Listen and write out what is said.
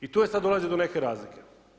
I tu sad dolazi do neke razlike.